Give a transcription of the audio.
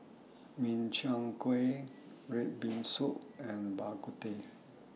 Min Chiang Kueh Red Bean Soup and Bak Kut Teh